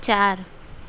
ચાર